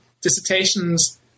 dissertations